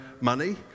money